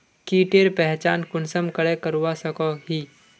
कीटेर पहचान कुंसम करे करवा सको ही?